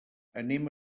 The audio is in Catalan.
anem